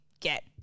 get